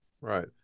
Right